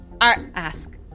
ask